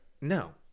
No